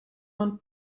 man